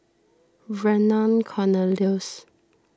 Vernon Cornelius